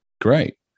Great